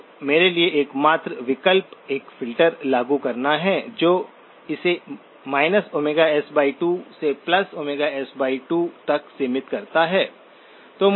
तो मेरे लिए एकमात्र विकल्प एक फ़िल्टर लागू करना है जो इसे s2 से s2 तक सीमित करता है